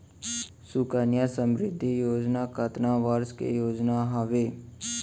सुकन्या समृद्धि योजना कतना वर्ष के योजना हावे?